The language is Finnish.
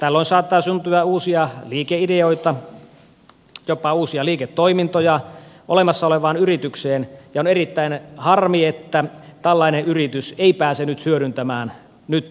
tällöin saattaa syntyä uusia liikeideoita jopa uusia liiketoimintoja olemassa olevaan yritykseen ja on erittäin harmi että tällainen yritys ei pääse hyödyntämään nyt hallituksen esittämää verokannustinta